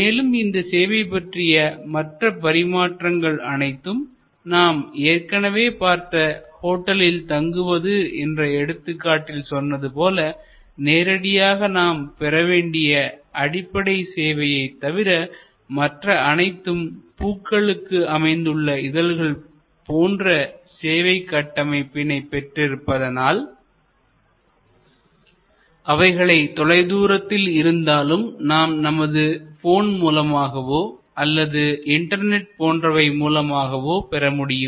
மேலும் இந்த சேவை பற்றிய மற்ற பரிமாற்றங்கள் அனைத்தும் நாம் ஏற்கனவே பார்த்த ஹோட்டலில் தங்குவது என்ற எடுத்துக்காட்டில் சொன்னது போல நேரடியாக நாம் பெற வேண்டிய அடிப்படை சேவையை தவிர மற்றவை அனைத்தும் பூக்களுக்கு அமைந்த இதழ்கள் போன்ற சேவைக் கட்டமைப்பினை பெற்று இருப்பதனால் அவைகளை தொலைதூரத்தில் இருந்தாலும் நாம் நமது போன் மூலமாகவோ அல்லது இன்டர்நெட் போன்றவை மூலமாகவோ பெற முடியும்